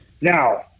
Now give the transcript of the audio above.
Now